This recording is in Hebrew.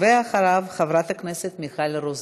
ואחריו, חברת הכנסת מיכל רוזין.